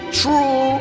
true